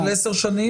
-- של עשר שנים,